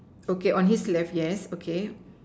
okay on his left yes okay